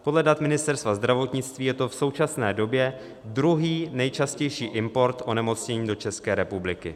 Podle dat Ministerstva zdravotnictví je to v současné době druhý nejčastější import onemocnění do České republiky.